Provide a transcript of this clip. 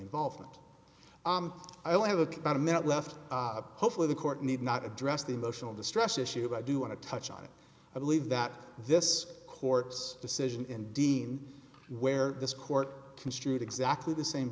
involvement i only have about a minute left hopefully the court need not address the emotional distress issue but i do want to touch on it i believe that this court's decision in dean where this court construed exactly the same